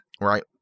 right